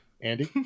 Andy